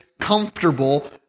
comfortable